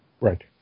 Right